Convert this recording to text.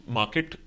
market